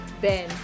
ben